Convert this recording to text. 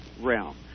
realm